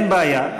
אין בעיה,